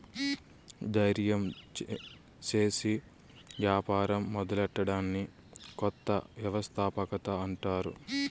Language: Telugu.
దయిర్యం సేసి యాపారం మొదలెట్టడాన్ని కొత్త వ్యవస్థాపకత అంటారు